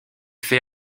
fait